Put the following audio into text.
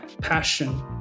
passion